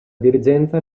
dirigenza